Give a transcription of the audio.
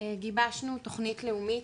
גיבשנו תוכנית לאומית,